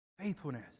Faithfulness